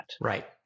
Right